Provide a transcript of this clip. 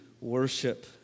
worship